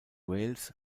wales